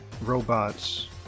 robots